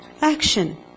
Action